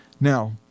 now